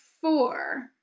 four